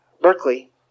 Berkeley